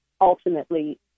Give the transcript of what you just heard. ultimately